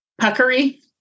puckery